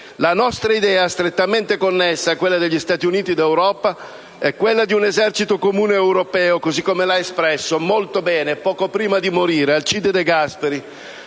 La nostra idea, strettamente connessa a quella degli Stati Uniti d'Europa, è quella di un Esercito comune europeo così come l'ha espresso molto bene, poco prima di morire, Alcide De Gasperi,